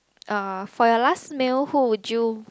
uh for your last meal who would you